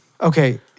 Okay